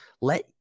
Let